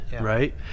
right